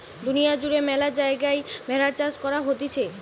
দুনিয়া জুড়ে ম্যালা জায়গায় ভেড়ার চাষ করা হতিছে